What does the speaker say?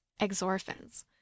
exorphins